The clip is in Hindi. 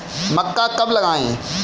मक्का कब लगाएँ?